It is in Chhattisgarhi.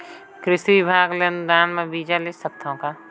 कृषि विभाग ले अनुदान म बीजा ले सकथव का?